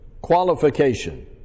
qualification